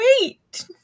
wait